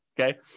Okay